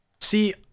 See